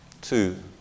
two